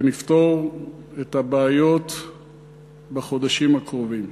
ונפתור את הבעיות בחודשים הקרובים.